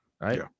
Right